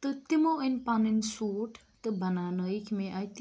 تہٕ تِمو أنۍ پَنٕنۍ سوٗٹ تہٕ بَناونٲیِکھ مےٚ اَتھہِ